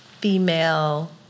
female